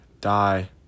die